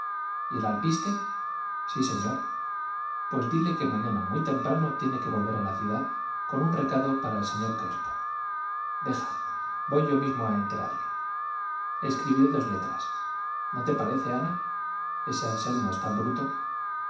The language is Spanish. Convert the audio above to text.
y el alpiste sí señor pues dile que mañana muy temprano tiene que volver a la ciudad con un recado para el señor crespo deja voy yo mismo a enterarle escribiré dos letras no te parece ana ese anselmo es tan bruto